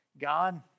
God